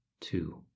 two